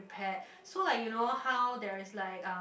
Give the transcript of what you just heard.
pet so like you know how there is like um